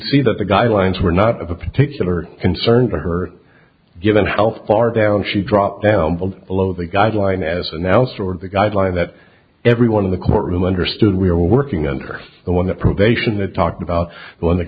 see that the guidelines were not of a particular concern for her given health far down she dropped down build a low the guideline as announced or the guideline that everyone in the courtroom understood we're working under the one that probation that talked about when the